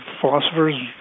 philosophers